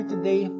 today